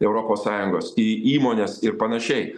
europos sąjungos į įmones ir panašiai